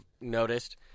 noticed